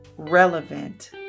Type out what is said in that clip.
relevant